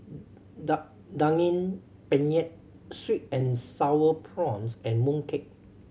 Daging Penyet sweet and Sour Prawns and mooncake